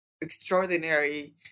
extraordinary